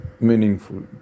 meaningful